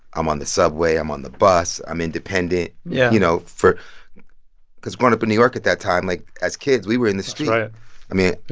i'm on the subway. i'm on the bus. i'm independent. yeah. you know? for because growing up in new york at that time, like, as kids, we were in the street that's right i mean,